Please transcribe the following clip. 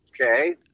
Okay